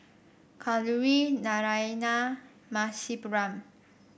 Kalluri Naraina Rasipuram